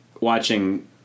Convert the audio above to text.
watching